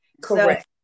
Correct